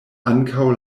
ankaŭ